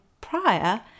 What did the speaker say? prior